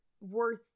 worth